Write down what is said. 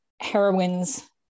heroines